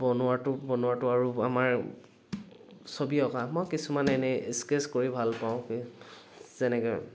বনোৱাটো বনোৱাটো আৰু আমাৰ ছবি অঁকা মই কিছুমান এনেই স্কেচ কৰি ভাল পাওঁ যেনেকে